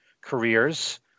careers